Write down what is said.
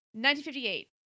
1958